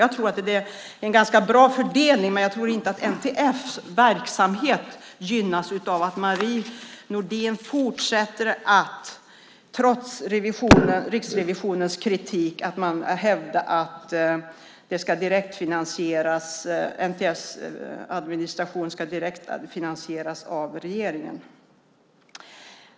Jag tror att det är en ganska bra fördelning, men jag tror inte att NTF:s verksamhet gynnas av att Marie Nordén fortsätter trots Riksrevisionens kritik - att man hävdar att NTF:s administration ska direktfinansieras av regeringen.